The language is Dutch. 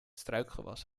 struikgewas